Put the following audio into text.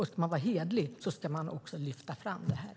Ska man vara hederlig ska man också lyfta fram detta.